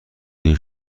این